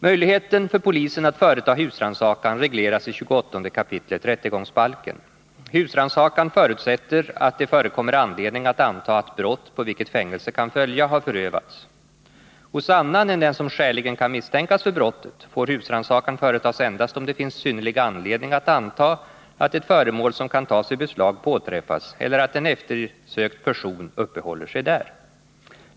Möjligheten för polisen att företa husrannsakan regleras i 28 kap. rättegångsbalken. Husrannsakan förutsätter att det förekommer anledning att anta att brott på vilket fängelse kan följa har förövats. Hos annan än den som skäligen kan misstänkas för brottet får husrannsakan företas endast om det finns synnerlig anledning att anta att ett föremål som kan tas i beslag påträffas eller att en eftersökt person uppehåller sig där.